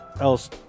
else